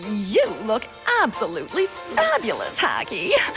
you look absolutely fabulous, hacky.